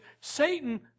Satan